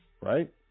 right